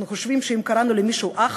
אנחנו חושבים שאם קראנו למישהו אח,